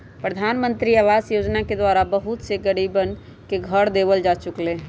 प्रधानमंत्री आवास योजना के द्वारा बहुत से गरीबन के घर देवल जा चुक लय है